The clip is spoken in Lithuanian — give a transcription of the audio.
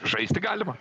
žaisti galima